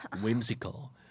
Whimsical